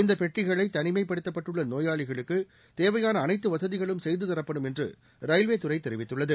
இந்த பெட்டிகளை தனிமைப்படுத்தப்பட்டுள்ள நோயாளிகளுக்கு தேவையான அனைத்து வசதிகளும் செய்து தரப்படும் என்று ரயில்வே துறை தெரிவித்துள்ளது